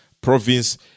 province